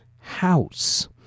House